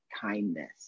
kindness